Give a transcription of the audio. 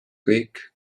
kõik